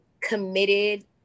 committed